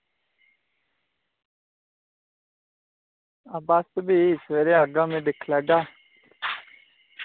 बस भी में सबेरै आह्गा ते दिक्खी लैगा